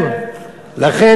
לכן,